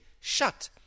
shut